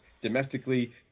domestically